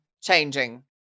changing